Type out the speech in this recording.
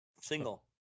single